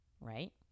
Right